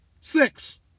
Six